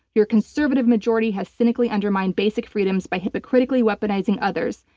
your conservative majority has cynically undermined basic freedoms by hypocritically weaponizing others.